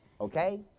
Okay